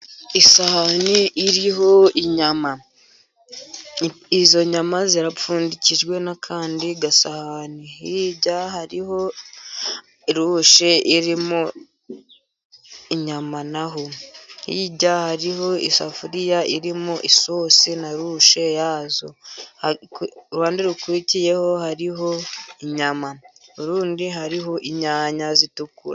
Isahani iriho inyama. Izo nyama zipfundikijwe n'akandi gasahani. Hirya hariho rushe irimo inyama na ho. Hirya hariho isafuriya irimo isosi, na rushe yazo. Ku ruhande rukurikiyeho, hariho inyama, ku rundi hariho inyanya zitukura.